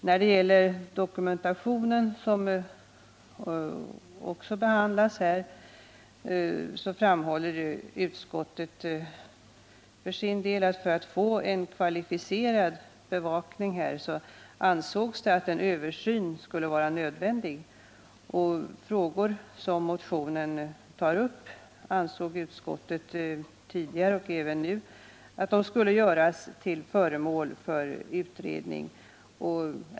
När det gäller dokumentationen, som också behandlas här, framhåller utskottet för sin del att en översyn anses nödvändig för att man skall kunna få en kvalificerad bevakning. Utskottet har tidigare ansett och anser även nu att de frågor som tas upp i motionen skall göras till föremål för utredning.